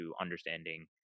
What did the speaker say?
understanding